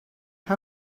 how